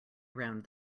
around